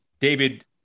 David